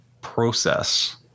process